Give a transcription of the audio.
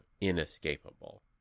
inescapable